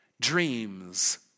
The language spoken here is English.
dreams